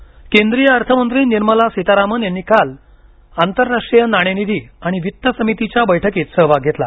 सीतारामन केंद्रीय अर्थमंत्री निर्मला सीतारामन यांनी काल आंतरराष्ट्रीय नाणेनिधी आणि वित्त समितीच्या बैठकीत सहभाग घेतला